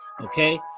Okay